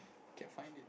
can't find it